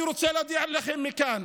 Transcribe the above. אני רוצה להודיע לכם מכאן: